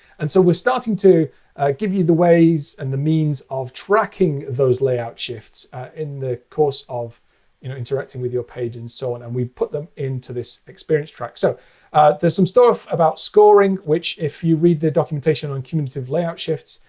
and so we're starting to give you the ways and the means of tracking those layout shifts in the course of interacting with your page and so on. and we've put them into this experience track. so there's some stuff about scoring which, if you read the documentation on cumulative layout shifts,